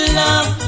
love